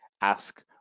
ask